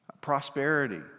Prosperity